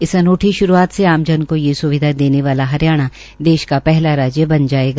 इस अनूठी श्रूआत से आमजन को यह स्विधा देने वाला हरियाणा देश का पहला राज्य बन जाएगा